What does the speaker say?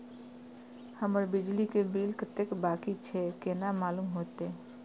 हमर बिजली के बिल कतेक बाकी छे केना मालूम होते?